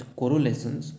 correlations